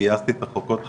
שגייסתי את החוקרות חרדיות,